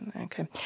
Okay